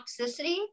toxicity